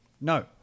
No